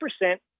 percent